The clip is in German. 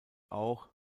auch